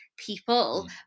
people